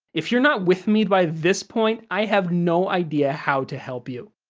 if you're not with me by this point, i have no idea how to help you.